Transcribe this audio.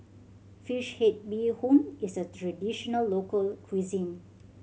fish head bee hoon is a traditional local cuisine